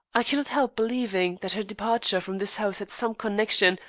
i cannot help believing that her departure from this house had some connection,